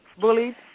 bullied